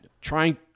trying